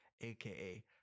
aka